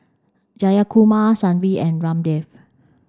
Jayakumar Sanjeev and Ramdev